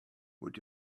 would